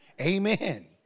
Amen